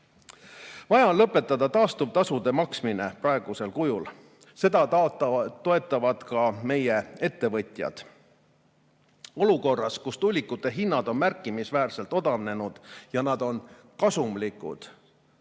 Vaja on lõpetada taastuv[energia] tasude maksmine praegusel kujul. Seda toetavad ka meie ettevõtjad. Olukorras, kus tuulikute hinnad on märkimisväärselt odavnenud ja nad on kasumlikud,